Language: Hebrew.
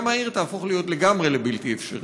מהעיר יהפכו להיות לגמרי בלתי אפשריות.